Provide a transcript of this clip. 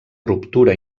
ruptura